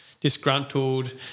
disgruntled